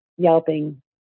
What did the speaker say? Yelping